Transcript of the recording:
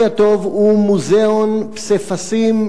"השומרוני הטוב" הוא מוזיאון פסיפסים,